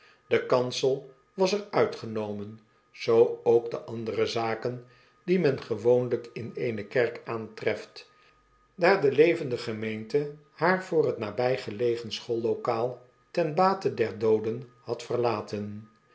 de kansel was er uitgenomen zoo ook de andere zaken die men gewoonlijk in eene kerk aantreft daar de levende gemeente haar voor het nabijgelegen schoollokaal ten bate der dooden had verlaten